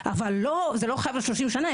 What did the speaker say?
אבל זה לא חייב להיות 30 שנה,